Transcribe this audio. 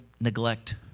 neglect